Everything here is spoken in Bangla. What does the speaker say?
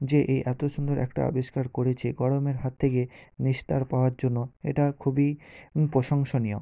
যে এ এত সুন্দর একটা আবিষ্কার করেছে গরমের হাত থেকে নিস্তার পাওয়ার জন্য এটা খুবই প্রশংসনীয়